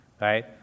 Right